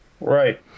Right